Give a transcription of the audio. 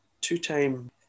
two-time